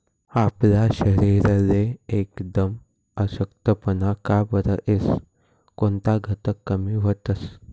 आपला शरीरले एकदम अशक्तपणा का बरं येस? कोनता घटक कमी व्हतंस?